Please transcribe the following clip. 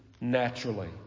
naturally